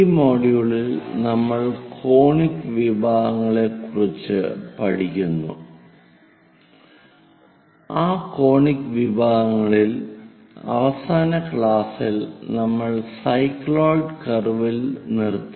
ഈ മൊഡ്യൂളിൽ നമ്മൾ കോണിക് വിഭാഗങ്ങളെക്കുറിച്ച് പഠിക്കുന്നു ആ കോണിക് വിഭാഗങ്ങളിൽ അവസാന ക്ലാസിൽ നമ്മൾ സൈക്ലോയിഡ് കർവിൽ നിർത്തി